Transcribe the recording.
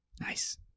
Nice